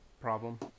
problem